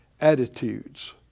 attitudes